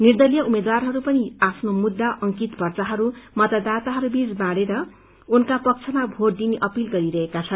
निर्दलीय उम्मेद्वारहरू पनि आफ्नो मुद्दा अंकित पर्चाहरू मतदाताहरूसित बाँडेर उसैको पक्षमा भोट दिन अपील गरिरहेका छन्